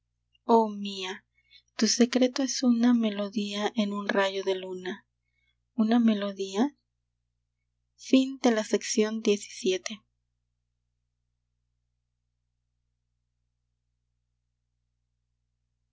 mía tu secreto es una melodía en un rayo de luna una melodía